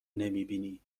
نمیبینی